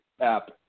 app